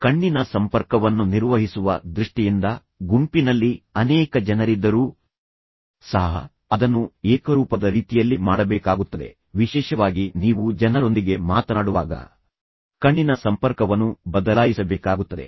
ಕಣ್ಣಿನ ಸಂಪರ್ಕವನ್ನು ನಿರ್ವಹಿಸುವ ದೃಷ್ಟಿಯಿಂದ ಗುಂಪಿನಲ್ಲಿ ಅನೇಕ ಜನರಿದ್ದರೂ ಸಹ ಅದನ್ನು ಏಕರೂಪದ ರೀತಿಯಲ್ಲಿ ಮಾಡಬೇಕಾಗುತ್ತದೆ ವಿಶೇಷವಾಗಿ ನೀವು ಜನರೊಂದಿಗೆ ಮಾತನಾಡುವಾಗ ಕಣ್ಣಿನ ಸಂಪರ್ಕವನ್ನು ಬದಲಾಯಿಸಬೇಕಾಗುತ್ತದೆ